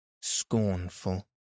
scornful